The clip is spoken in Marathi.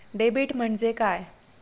डेबिट म्हणजे काय?